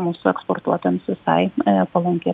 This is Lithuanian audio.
mūsų eksportuotojams visai e palanki